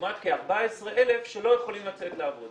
לעומת כ-14,000 שלא יכולים לצאת לעבוד.